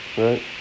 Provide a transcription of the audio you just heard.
right